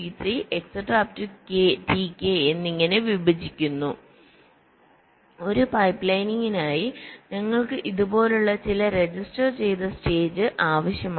Tk എന്നിങ്ങനെ വിഭജിക്കുന്നു ഒരു പൈപ്പ്ലൈനിംഗിനായി ഞങ്ങൾക്ക് ഇതുപോലുള്ള ചില രജിസ്റ്റർ ചെയ്ത സ്റ്റേജ്സ് ആവശ്യമാണ്